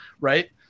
right